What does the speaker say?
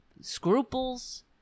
scruples